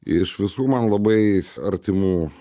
iš visų man labai artimų